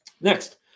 Next